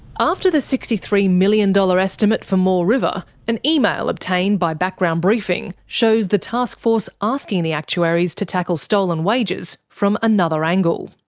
after the sixty three million dollars estimate for moore river, an email obtained by background briefing shows the task force asking the actuaries to tackle stolen wages from another angle.